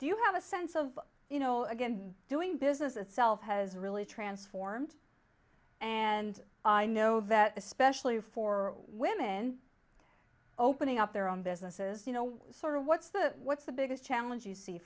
do you have a sense of you know again doing business itself has really transformed and i know that especially for women opening up their own businesses you know sort of what's the what's the biggest challenge you see